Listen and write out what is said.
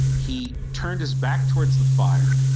he turned his back towards the fire.